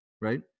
right